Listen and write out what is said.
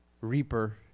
reaper